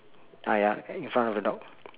ah ya in front of the dog